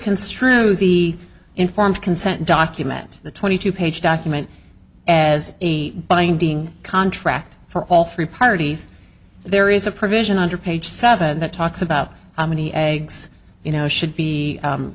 construe the informed consent document the twenty two page document as a binding contract for all three parties there is a provision under page seven that talks about how many eggs you know should be